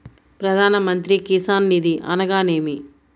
ప్రధాన మంత్రి కిసాన్ నిధి అనగా నేమి?